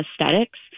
aesthetics